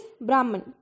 Brahman